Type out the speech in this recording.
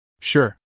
Sure